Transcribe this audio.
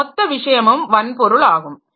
இந்த மொத்த விஷயமும் வன்பொருள் ஆகும்